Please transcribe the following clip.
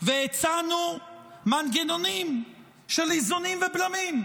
והצענו מנגנונים של איזונים ובלמים.